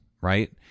right